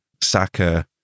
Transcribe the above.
Saka